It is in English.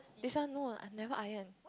this one no I never iron